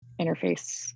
interface